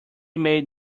made